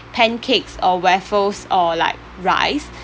pancakes or waffles or like rice